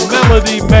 Melody